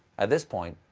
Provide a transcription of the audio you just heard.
at this point,